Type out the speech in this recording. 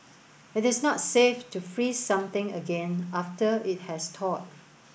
it is not safe to freeze something again after it has thawed